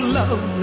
love